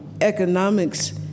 economics